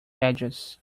edges